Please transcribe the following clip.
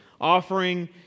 offering